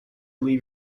leave